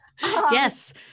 Yes